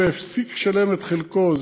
והפסיק לשלם את חלקו.